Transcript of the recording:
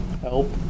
Help